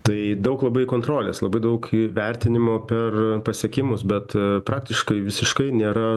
tai daug labai kontrolės labai daug i vertinimo per pasiekimus bet praktiškai visiškai nėra